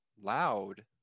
loud